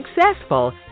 successful